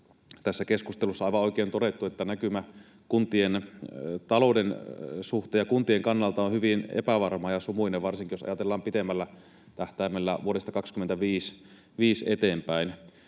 Tässä keskustelussa aivan oikein on todettu, että näkymä kuntien talouden suhteen ja kuntien kannalta on hyvin epävarma ja sumuinen varsinkin, jos ajatellaan pitemmällä tähtäimellä vuodesta 25 eteenpäin.